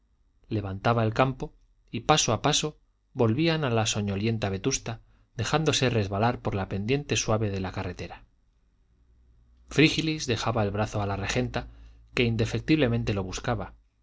levantaba el campo y paso a paso volvían a la soñolienta vetusta dejándose resbalar por la pendiente suave de la carretera frígilis dejaba el brazo a la regenta que indefectiblemente lo buscaba